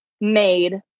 made